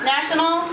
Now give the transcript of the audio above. National